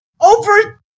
over